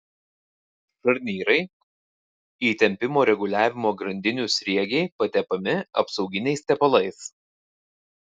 šarnyrai įtempimo reguliavimo grandinių sriegiai patepami apsauginiais tepalais